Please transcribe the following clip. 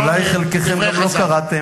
אולי חלקכם גם לא קראתם.